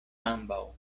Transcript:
ambaŭ